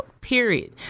period